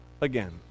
again